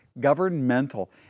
governmental